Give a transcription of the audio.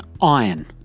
iron